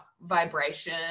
vibration